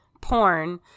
porn